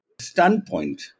standpoint